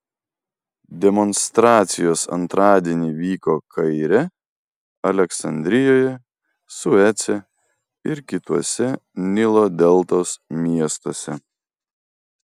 demonstracijos antradienį vyko kaire aleksandrijoje suece ir kituose nilo deltos miestuose